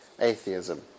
atheism